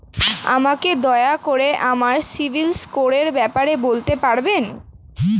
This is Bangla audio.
আমাকে দয়া করে আমার সিবিল স্কোরের ব্যাপারে বলতে পারবেন?